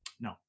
No